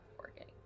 Working